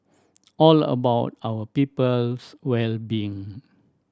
all about our people's well being